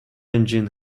engine